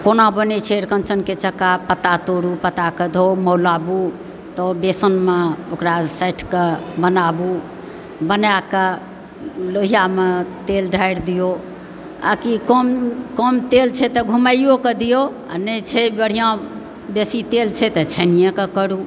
कोना बनैत छै अरिकँचनके चक्का पत्ता तोडू पत्ताक धोउ मौलाबूँ तऽ बेसनमे ओकरा साटिके बनाबूँ बनायके लोहिआमे तेल ढ़ारि दिऔ आकि कम तेल छै तऽ घुमाइयोकऽ दिऔ आ नहि छै बढ़िआँ बेसी तेल छै तऽ छानिए कऽ करु